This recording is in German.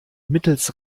mittels